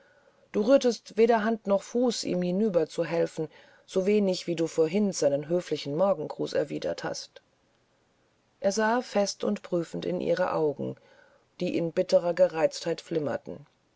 du rührtest weder hand noch fuß ihm herüberzuhelfen so wenig wie du vorhin seinen höflichen morgengruß erwidert hast er sah fest und prüfend in ihre augen die in bitterer gereiztheit flimmerten